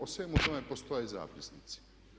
O svemu tome postoje zapisnici.